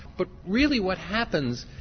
but really what happens,